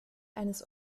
eines